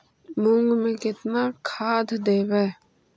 मुंग में केतना खाद देवे?